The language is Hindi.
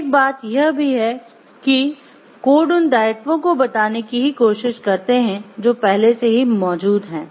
एक बात यह भी है कि कोड उन दायित्वों को बताने की ही कोशिश करते हैं जो पहले से ही मौजूद हैं